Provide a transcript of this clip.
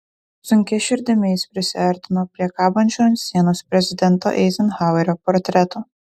sunkia širdimi jis prisiartino prie kabančio ant sienos prezidento eizenhauerio portreto